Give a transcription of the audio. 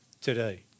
today